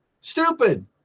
Stupid